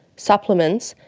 supplements,